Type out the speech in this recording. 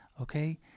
okay